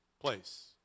place